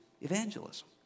evangelism